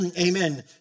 Amen